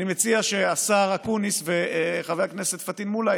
אני מציע שהשר אקוניס וחבר הכנסת פטין מולא,